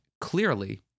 clearly